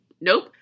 Nope